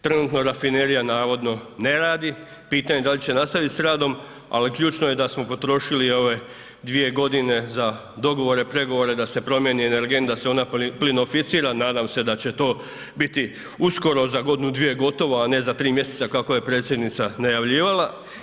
Trenutno Rafinerija navodno ne radi, pitanje da li će nastaviti sa radom ali ključno je da smo potrošili ove 2 godine za dogovore, pregovore da se promjeni energent, da se ona se ona plinoficira, nadam se da će to biti uskoro za godinu, dvije gotovo a ne za 3 mjeseca kako je predsjednica najavljivala.